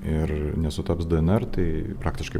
ir nesutaps dnr tai praktiškai